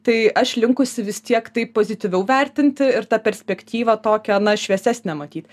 tai aš linkusi vis tiek taip pozityviau vertinti ir tą perspektyvą tokią na šviesesnę matyt